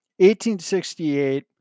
1868